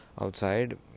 outside